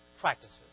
practices